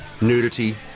nudity